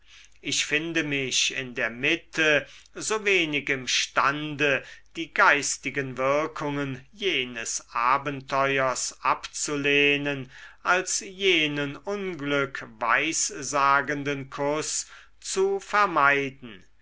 ich finde mich in der mitte so wenig imstande die geistigen wirkungen jenes abenteuers abzulehnen als jenen unglück weissagenden kuß zu vermeiden